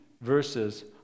verses